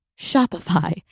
Shopify